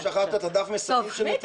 לא שכחת את דף המסרים של נתניהו?